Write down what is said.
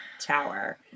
tower